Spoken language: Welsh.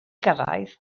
gyrraedd